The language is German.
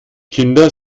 kinder